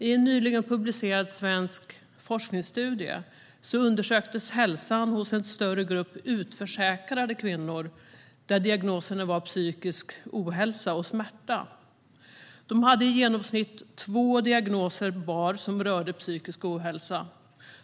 I en nyligen publicerad svensk forskningsstudie undersöktes hälsan hos en större grupp utförsäkrade kvinnor, där diagnoserna var psykisk ohälsa och smärta. De hade i genomsnitt två diagnoser var som rörde psykisk ohälsa.